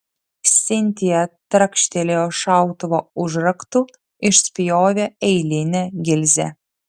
sintija trakštelėjo šautuvo užraktu išspjovė eilinę gilzę